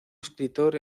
escritor